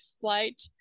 flight